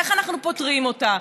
איך אנחנו פותרים אותה?